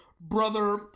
brother